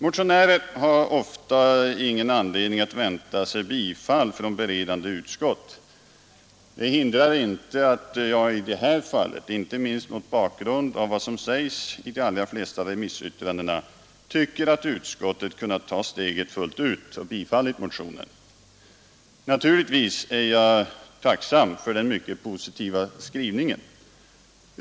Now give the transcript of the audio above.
Motionärer har ofta ingen anledning att vänta sig bifall från beredande utskott. Det hindrar inte att jag i detta fall, inte minst mot bakgrund av vad som sägs i de allra flesta remissyttrandena, tycker att utskottet kunnat ta steget fullt ut och hemställt om bifall till motionen. Naturligtvis är jag dock tacksam för den mycket positiva skrivningen.